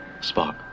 Spock